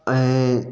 ऐं